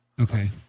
Okay